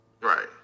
Right